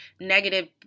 negative